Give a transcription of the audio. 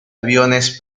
aviones